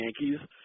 Yankees